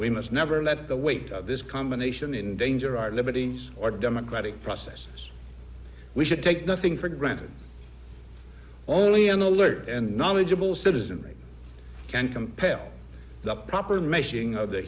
we must never let the weight of this combination in danger our liberty or democratic process we should take nothing for granted only an alert and knowledgeable citizenry can compel the proper making of the